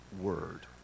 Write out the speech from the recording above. word